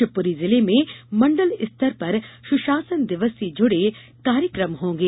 शिवपुरी जिले में मंडल स्तर पर सुशासन दिवस से जुड़े कार्यक्रम होंगे